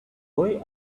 boy